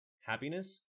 happiness